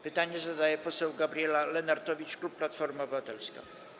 Pytanie zadaje poseł Gabriela Lenartowicz, klub Platforma Obywatelska.